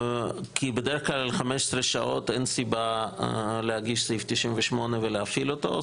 בדרך-כלל 15 שעות אין סיבה להגיש סעיף 98 ולהפעיל אותו.